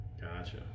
Gotcha